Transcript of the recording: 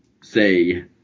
say